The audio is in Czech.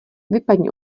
vypadni